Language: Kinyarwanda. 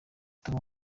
tom